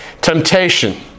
temptation